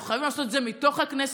אנחנו חייבים לעשות את זה מתוך הכנסת.